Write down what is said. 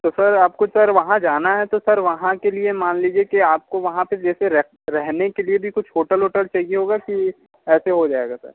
तो सर आपको सर वहाँ जाना है तो सर वहाँ के लिए मान लीजिए कि आपको वहाँ पर जैसे रह रहने के लिए भी कुछ होटल वोटल चाहिए होगा कि ऐसे हो जाएगा सर